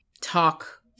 talk